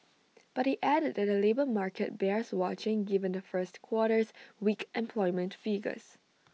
but they added that the labour market bears watching given the first quarter's weak employment figures